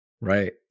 Right